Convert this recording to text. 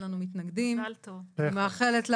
0 אושר אני מאחלת לנו,